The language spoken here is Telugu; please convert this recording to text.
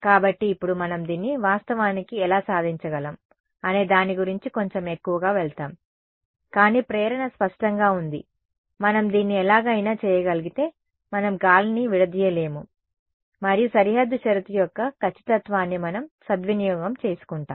కాబట్టి ఇప్పుడు మనం దీన్ని వాస్తవానికి ఎలా సాధించగలము అనే దాని గురించి కొంచెం ఎక్కువగా వెళ్తాము కానీ ప్రేరణ స్పష్టంగా ఉంది మనం దీన్ని ఎలాగైనా చేయగలిగితే మనం గాలిని విడదీయలేము మరియు సరిహద్దు షరతు యొక్క ఖచ్చితత్వాన్ని మనం సద్వినియోగం చేసుకుంటాము